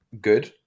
good